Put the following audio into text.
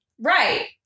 Right